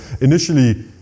initially